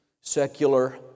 secular